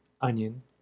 onion